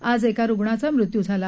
आज एका रूग्णाचा मृत्यू झाला